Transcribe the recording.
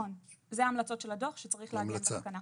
נכון, זה ההמלצות של הדוח שצריך להתקין בתקנה.